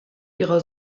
ihre